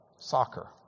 soccer